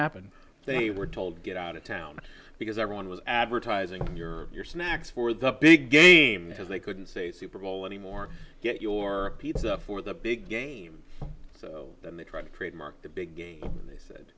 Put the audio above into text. happened they were told get out of town because everyone was advertising your your snacks for the big game because they couldn't say super bowl anymore get your pizza for the big game so then the drug trade mark the big game they said